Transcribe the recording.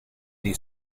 nei